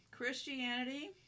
Christianity